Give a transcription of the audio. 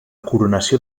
coronació